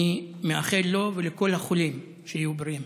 אני מאחל לו ולכל החולים שיהיו בריאים.